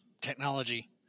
technology